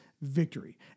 victory